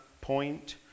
point